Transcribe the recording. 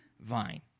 vine